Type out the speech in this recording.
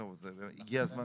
זהו, הגיע הזמן כבר.